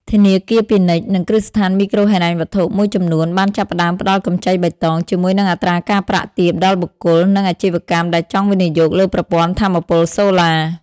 ធនាគារពាណិជ្ជ និងគ្រឹះស្ថានមីក្រូហិរញ្ញវត្ថុមួយចំនួនបានចាប់ផ្តើមផ្តល់កម្ចីបៃតង ជាមួយនឹងអត្រាការប្រាក់ទាបដល់បុគ្គល និងអាជីវកម្មដែលចង់វិនិយោគលើប្រព័ន្ធថាមពលសូឡា។